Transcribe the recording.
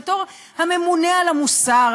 כממונה על המוסר,